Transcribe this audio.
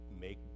make